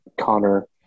Connor